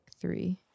three